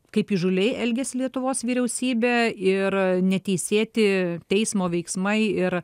kaip įžūliai elgiasi lietuvos vyriausybė ir neteisėti teismo veiksmai ir